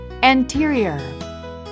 Anterior